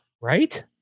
right